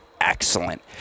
excellent